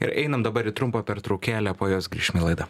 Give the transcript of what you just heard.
ir einam dabar į trumpą pertraukėlę po jos grįšim į laidą